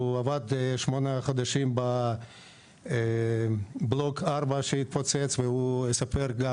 הוא עבד כשמונה חודשים בבלוק ארבע שהתפוצץ והוא יספר גם